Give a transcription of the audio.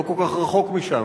לא כל כך רחוק משם.